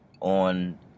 on